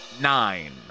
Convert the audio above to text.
Nine